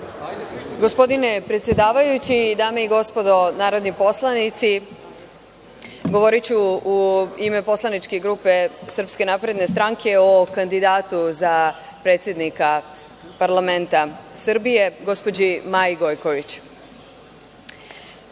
Gospodine predsedavajući, dame i gospodo narodni poslanici, govoriću u ime poslaničke grupe SNS, o kandidatu za predsednika parlamenta Srbije, gospođi Maji Gojković. Maja